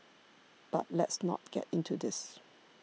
but let's not get into this